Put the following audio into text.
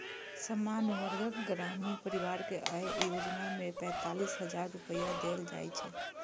सामान्य वर्गक ग्रामीण परिवार कें अय योजना मे पैंतालिस हजार रुपैया देल जाइ छै